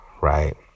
right